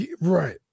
Right